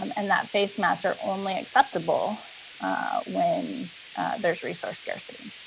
um and that face masks are only acceptable when there's resource scarcity.